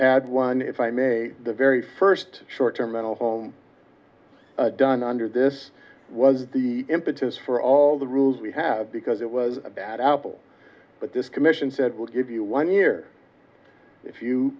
had one if i may the very first short term mental done under this was the impetus for all the rules we have because it was a bad apple but this commission said we'll give you one year if you